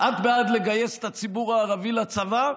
את בעד לגייס את הציבור הערבי לצבא?